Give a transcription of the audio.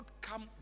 come